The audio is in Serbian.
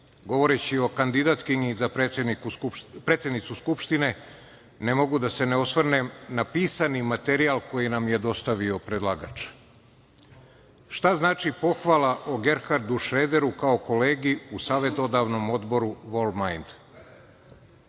govoreći o kandidatkinji za predsednicu Skupštine ne mogu da se ne osvrnem na pisani materijal koji nam je dostavio predlagač. Šta znači pohvala o Gerhardu Šrederu kao kolegi u savetodavno odboru „Vold